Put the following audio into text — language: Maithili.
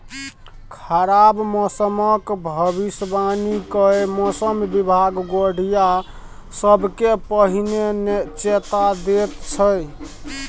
खराब मौसमक भबिसबाणी कए मौसम बिभाग गोढ़िया सबकेँ पहिने चेता दैत छै